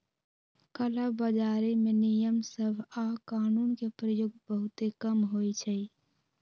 कला बजारी में नियम सभ आऽ कानून के प्रयोग बहुते कम होइ छइ